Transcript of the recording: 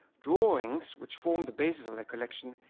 drawings, which form the basis of their collection,